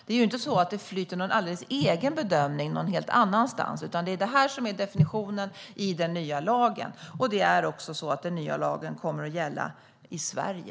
Det är inte så att det flyter en alldeles egen bedömning någon helt annanstans, utan det är det här som är definitionen i den nya lagen. Det är också så att den nya lagen kommer att gälla i Sverige.